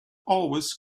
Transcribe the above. always